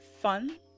fun